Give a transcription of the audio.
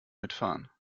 mitfahren